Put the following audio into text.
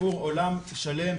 הוא עולם שלם,